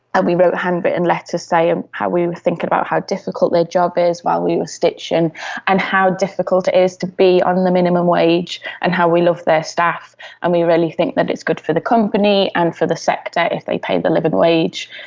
and we wrote handwritten letters saying how we were thinking about how difficult their job is while we were stitching and how difficult it is to be on the minimum wage and how we love their staff and we really think that it's good for the company and for the sector if they pay the living wage.